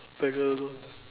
I don't know